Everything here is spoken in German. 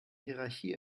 hierarchie